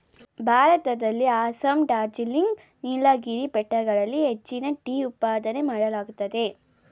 ಭಾರತದಲ್ಲಿ ಅಸ್ಸಾಂ, ಡಾರ್ಜಿಲಿಂಗ್, ನೀಲಗಿರಿ ಬೆಟ್ಟಗಳಲ್ಲಿ ಹೆಚ್ಚಿನ ಟೀ ಉತ್ಪಾದನೆ ಮಾಡಲಾಗುತ್ತದೆ